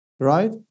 Right